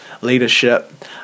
leadership